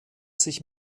sich